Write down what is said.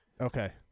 okay